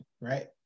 right